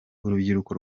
urubyiruko